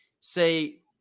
say